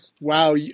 Wow